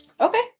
okay